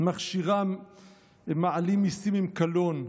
מכשירה מעלים מיסים עם קלון?